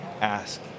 ask